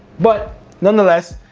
but nonetheless,